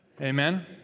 Amen